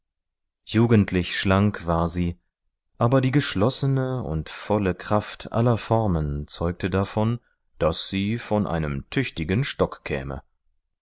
jugendlich schlank war sie aber die geschlossene und volle kraft aller formen zeugte davon daß sie von einem tüchtigen stock käme